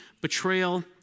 betrayal